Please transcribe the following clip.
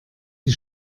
die